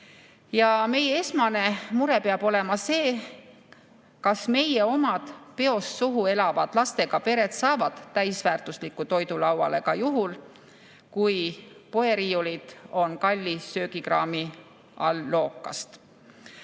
Meie esmane mure peab olema see, kas meie omad peost suhu elavad lastega pered saavad täisväärtusliku toidu lauale ka juhul, kui poeriiulid on kalli söögikraami all lookas.